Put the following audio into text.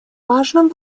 важным